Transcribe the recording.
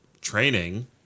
training